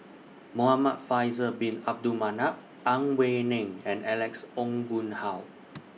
Muhamad Faisal Bin Abdul Manap Ang Wei Neng and Alex Ong Boon Hau